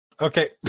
okay